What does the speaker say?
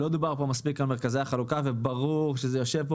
לא דובר כאן מספיק על מרכזי החלוקה וברור שזה יושב כאן